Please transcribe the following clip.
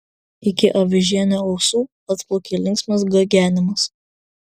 iki avižienio ausų atplaukė linksmas gagenimas